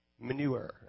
manure